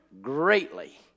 greatly